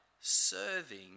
serving